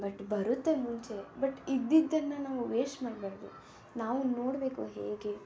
but ಬರುತ್ತೆ ಮುಂಚೆ but ಇದ್ದಿದ್ದನ್ನು ನಾವು ವೇಸ್ಟ್ ಮಾಡಬಾರ್ದು ನಾವು ನೋಡಬೇಕು ಹೇಗೆ